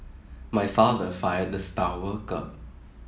my father fired the star worker